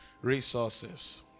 resources